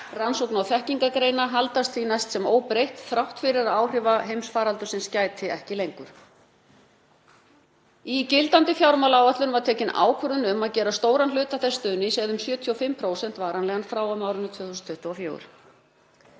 rannsókna og þekkingargreina haldast því næst sem óbreytt þrátt fyrir að áhrifa heimsfaraldursins gæti ekki lengur. Í gildandi fjármálaáætlun var tekin ákvörðun um að gera stóran hluta þess stuðnings, eða um 75%, varanlegan frá og með árinu 2024.